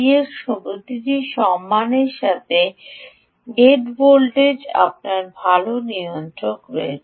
এর প্রতি সম্মানের সাথে গেট ভোল্টেজ আপনার ভাল নিয়ন্ত্রণ রয়েছে